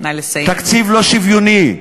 תקציב לא שוויוני,